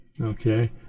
Okay